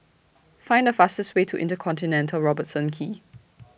Find The fastest Way to InterContinental Robertson Quay